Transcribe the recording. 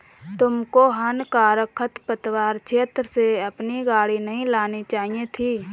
तुमको हानिकारक खरपतवार क्षेत्र से अपनी गाड़ी नहीं लानी चाहिए थी